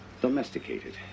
domesticated